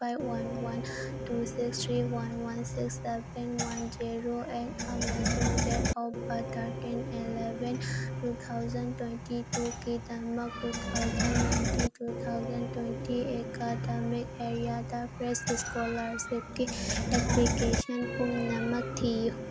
five one one two six three one one six seven one zero eight ꯑꯃꯁꯨꯡ date of birth thirteen eleven two thousand twenty ꯇꯨꯒꯤꯗꯃꯛ two thousand ninety two thousand twenty academic ꯏꯌꯥꯔꯗ fresh ꯁ꯭ꯀꯣꯂꯔꯁꯤꯞꯀꯤ application ꯄꯨꯝꯅꯃꯛ ꯊꯤꯌꯨ